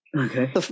Okay